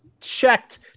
checked